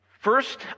First